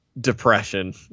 depression